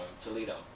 Toledo